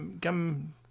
come